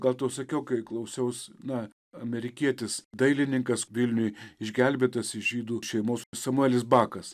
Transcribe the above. gal tau sakiau kai klausiaus na amerikietis dailininkas vilniuj išgelbėtas iš žydų šeimos samuelis bakas